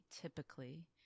typically